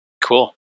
Cool